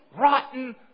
rotten